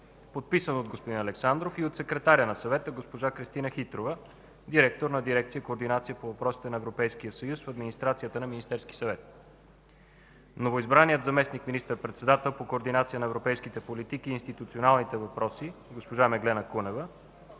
подписано от господин Александров и от секретаря на Съвета госпожа Христина Хитрова – директор на дирекция „Координация по въпросите на Европейския съюз” в администрацията на Министерския съвет. Новоизбраният заместник министър-председател по координация на европейските политики и институционалните въпроси госпожа Меглена Кунева